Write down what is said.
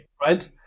right